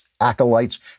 acolytes